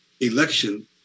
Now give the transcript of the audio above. election